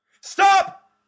Stop